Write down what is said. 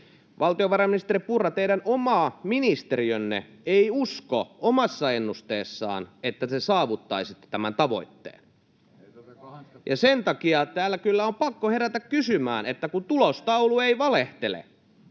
Valtiovarainministeri Purra, teidän oma ministeriönne ei usko omassa ennusteessaan, että te saavuttaisitte tämän tavoitteen, ja sen takia täällä kyllä on pakko herätä kysymään, sillä kun tulostaulu ei valehtele,